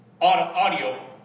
audio